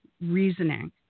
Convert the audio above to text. reasoning